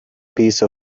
piece